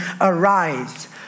arise